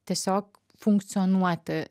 tiesiog funkcionuoti